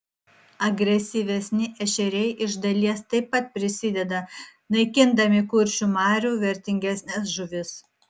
agresyvesni ešeriai iš dalies taip pat prisideda naikindami kuršių marių vertingesnes žuvis